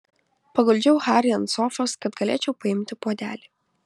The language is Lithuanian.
paguldžiau harį ant sofos kad galėčiau paimti puodelį